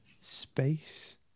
space